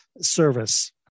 service